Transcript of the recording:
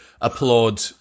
applaud